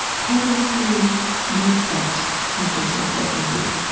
how do you see the effect of this work that you do?